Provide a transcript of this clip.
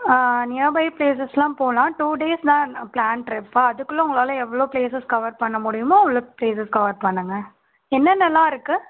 nearby பிளேசஸெல்லாம் போகலாம் two days தான் பிளான் ட்ரிப்பு அதுக்குள்ளே உங்களால் எவ்வளோ பிளேசஸ் கவர் பண்ண முடியுமோ அவ்வளோ பிளேசஸ் கவர் பண்ணுங்க என்னென்னலாம் இருக்குது